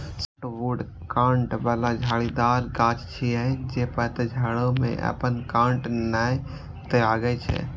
softwood कांट बला झाड़ीदार गाछ छियै, जे पतझड़ो मे अपन कांट नै त्यागै छै